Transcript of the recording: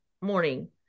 morning